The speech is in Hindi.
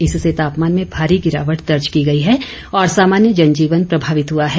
इससे तापमान में भारी गिरावट दर्ज की गई है और सामान्य जनजीवन प्रभावित हुआ है